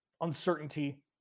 Uncertainty